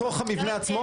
בתוך המבנה עצמו?